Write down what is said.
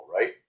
right